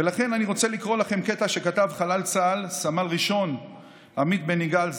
ולכן אני רוצה לקרוא לכם קטע שכתב חלל צה"ל סמל ראשון עמית בן יגאל,